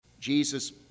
Jesus